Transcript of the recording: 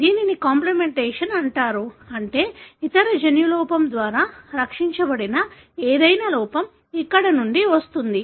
దీనిని కాంప్లిమెంటేషన్ అంటారు అంటే ఇతర జన్యు లోపం ద్వారా రక్షించబడిన ఏదైనా లోపం ఇక్కడ నుండి వస్తుంది